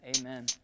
Amen